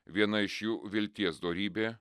viena iš jų vilties dorybė